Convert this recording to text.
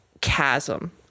chasm